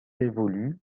évolue